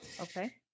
Okay